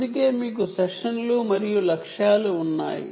అందుకే మీకు సెషన్లు మరియు టార్గెట్ లు ఉన్నాయి